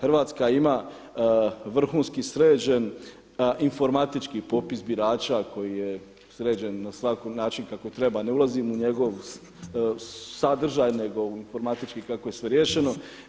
Hrvatska ima vrhunski sređen informatički popis birača koji je sređen na način kako treba, ne ulazim u njegov sadržaj, nego informatički kako je sve riješeno.